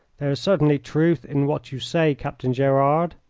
there is certainly truth in what you say, captain gerard,